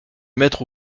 mettre